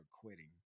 quitting